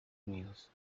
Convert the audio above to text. unidos